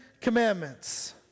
commandments